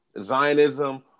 Zionism